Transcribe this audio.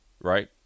right